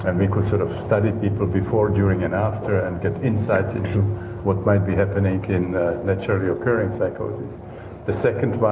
and we could sort of study people before, during, and after and get insights into what might be happening in naturally occurring psychosis the second